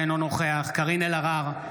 אינו נוכח קארין אלהרר,